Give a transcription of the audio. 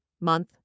Month